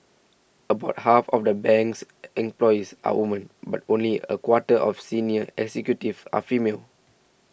about half of the bank's employees are woman but only a quarter of senior executives are female